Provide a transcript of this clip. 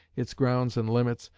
its grounds and limits,